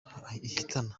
ihitana